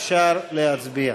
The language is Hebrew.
אפשר להצביע.